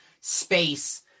space